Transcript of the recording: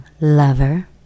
lover